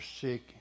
sick